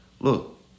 look